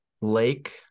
lake